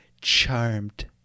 charmed